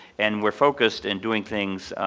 and we're focused in doing things